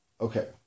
Okay